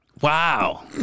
Wow